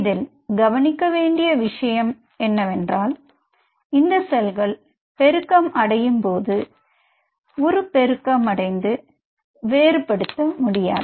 இதில் கவனிக்கவேண்டிய விஷயம் என்னவென்றால் இந்த செல்கள் பெருக்கம் அடையும் போது உருப்பெருக்கமடிந்து வேறுபடுத்த முடியாது